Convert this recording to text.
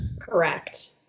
Correct